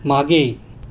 मागे